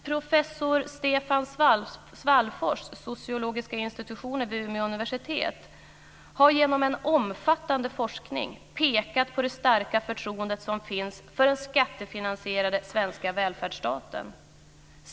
Professor Stefan Svallfors vid sociologiska institutionen vid Umeå universitet har genom omfattande forskning pekat på det starka förtroendet som finns för den skattefinansierade svenska välfärdsstaten.